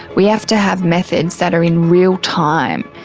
we have to have methods that are in real time.